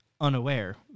unaware